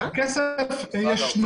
הכסף ישנו.